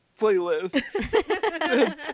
playlist